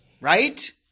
Right